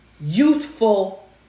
youthful